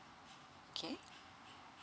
okay